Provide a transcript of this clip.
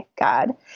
God